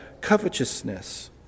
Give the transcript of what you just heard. covetousness